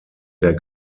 der